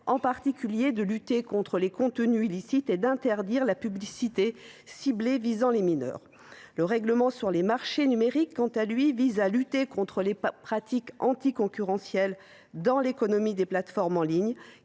en particulier, de lutter contre les contenus illicites et d’interdire la publicité ciblée visant les mineurs. Le règlement sur les marchés numériques, quant à lui, vise à lutter contre les pratiques anticoncurrentielles dans l’économie des plateformes en ligne,